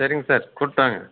சரிங்க சார் கூட்டுவாங்க